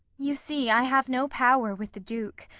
you see i have no power with the duke,